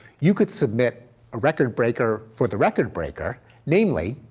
you could submit a record breaker for the record breaker namely,